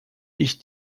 ich